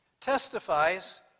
testifies